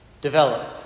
develop